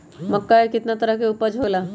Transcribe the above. मक्का के कितना तरह के उपज हो ला?